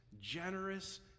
generous